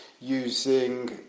using